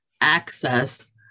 access